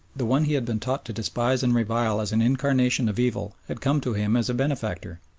the one he had been taught to despise and revile as an incarnation of evil had come to him as a benefactor.